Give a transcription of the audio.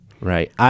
Right